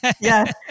Yes